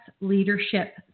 Leadership